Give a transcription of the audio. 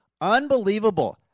Unbelievable